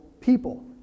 people